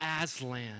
Aslan